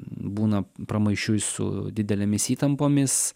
būna pramaišiui su didelėmis įtampomis